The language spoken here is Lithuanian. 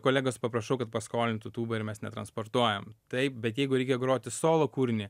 kolegos paprašau kad paskolintų tūbą ir mes netransportuojam taip bet jeigu reikia groti solo kūrinį